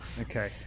Okay